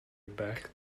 back